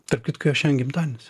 tarp kitko jo šiandien gimtadienis